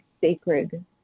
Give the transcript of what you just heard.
sacred